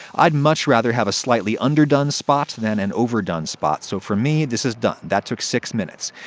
i'd much rather have a slightly underdone spot than an overdone spot, so for me, this is done. that took six minutes.